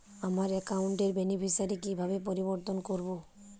আমার অ্যাকাউন্ট র বেনিফিসিয়ারি কিভাবে পরিবর্তন করবো?